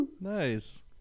Nice